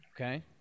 Okay